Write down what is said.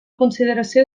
consideració